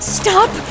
stop